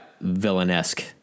villain-esque